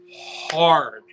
hard